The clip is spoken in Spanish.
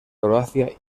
croacia